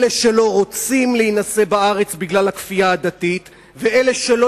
אלה שלא רוצים להינשא בארץ בגלל הכפייה הדתית ואלה שלא